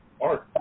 art